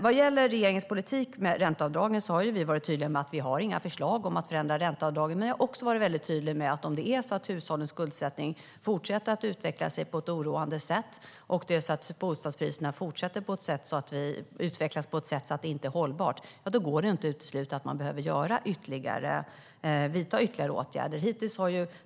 Vad gäller regeringens politik med ränteavdragen har vi varit tydliga med att vi inte har några förslag om att förändra ränteavdragen. Men vi har också varit väldigt tydliga med att om hushållens skuldsättning fortsätter att utveckla sig på ett oroande sätt och bostadspriserna utvecklas på ett sådant sätt att det inte är hållbart, då går det inte att utesluta att vi behöver vidta ytterligare åtgärder.